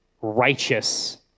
righteous